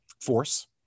force